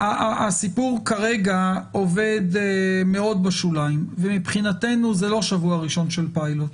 הסיפור כרגע עובד מאוד בשוליים ומבחינתנו זה לא שבוע ראשון של פיילוט.